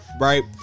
right